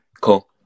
Cool